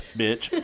bitch